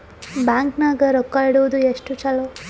Bank ನಾಗ ರೊಕ್ಕ ಇಡುವುದು ಎಷ್ಟು ಚಲೋ?